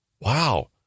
Wow